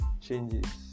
changes